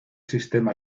sistemas